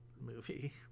movie